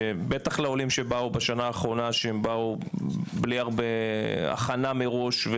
בטח לעולים שבאו בשנה האחרונה בלי הרבה הכנה מראש,